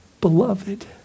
Beloved